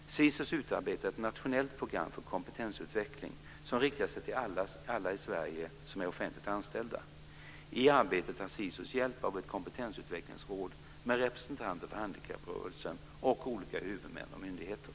SISUS utarbetar ett nationellt program för kompetensutveckling som riktar sig till alla i Sverige som är offentligt anställda. I arbetet har SISUS hjälp av ett kompetensutvecklingsråd med representanter för handikapprörelsen och olika huvudmän och myndigheter.